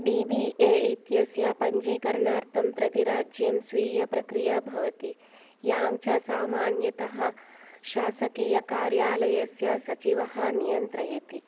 D B A इत्यस्य पञ्जीकरणार्थं प्रतिराज्यं स्वीया प्रक्रिया भवति यां च सामान्यतः शासकीयकार्यालयस्य सचिवः नियन्त्रयति